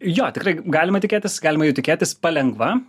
jo tikrai galima tikėtis galima jų tikėtis palengva